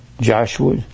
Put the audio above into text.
Joshua